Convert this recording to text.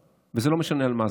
זה לא משנה על מה.